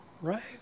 right